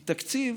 כי תקציב